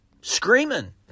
Screaming